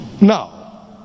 now